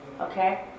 Okay